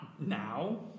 Now